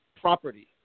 property